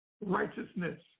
righteousness